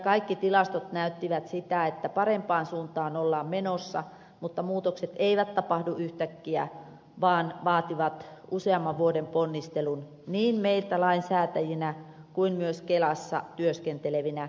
kaikki tilastot näyttivät sitä että parempaan suuntaan ollaan menossa mutta muutokset eivät tapahdu yhtäkkiä vaan vaativat useamman vuoden ponnistelun niin meiltä lainsäätäjiltä kuin myös kelassa työskenteleviltä